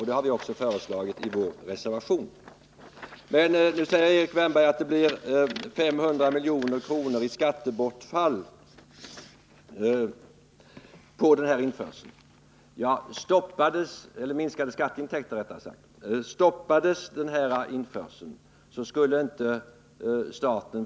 Det har vi också föreslagit i vår reservation. Erik Wärnberg säger att det blir 500 milj.kr. i minskade skatteintäkter på denna införsel. Men stoppades denna införsel skulle staten inte få 500 milj.kr. mer i skatteintäkter.